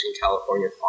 California